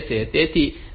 તેથી તે આ છે